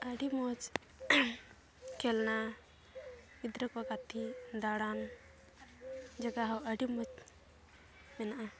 ᱟᱹᱰᱤ ᱢᱚᱡᱽ ᱠᱷᱮᱞᱱᱟ ᱜᱤᱫᱽᱨᱟᱹ ᱠᱚ ᱜᱟᱛᱮᱜ ᱫᱟᱬᱟᱱ ᱡᱟᱭᱜᱟ ᱦᱚᱸ ᱟᱹᱰᱤ ᱢᱚᱡᱽ ᱢᱮᱱᱟᱜᱼᱟ